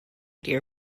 dear